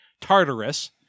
Tartarus